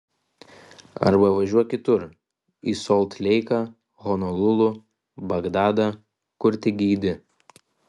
arba važiuok kitur į solt leiką honolulu bagdadą kur tik geidi